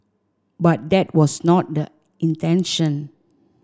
but that was not the intention